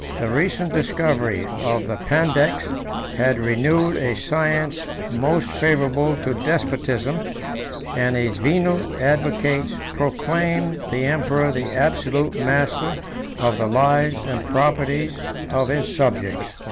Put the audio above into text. the recent discovery of the pandects had renewed a science most favorable to despotism and his venal advocates proclaimed the emperor the absolute master of the lives and properties of his subjects.